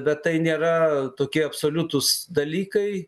bet tai nėra tokie absoliutūs dalykai